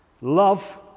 love